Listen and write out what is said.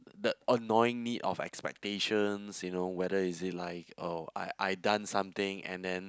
the annoying need of expectations you know whether is it like oh I I done something and then